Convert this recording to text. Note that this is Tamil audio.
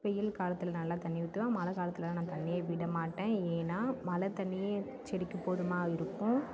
வெயில் காலத்தில் நல்லா தண்ணி ஊற்றுவேன் மழை காலத்தில் நான் தண்ணியே விட மாட்டேன் ஏன்னால் மழை தண்ணியே செடிக்கு போதுமாக இருக்கும்